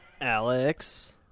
Alex